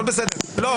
לא.